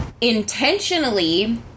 intentionally